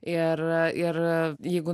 ir ir jeigu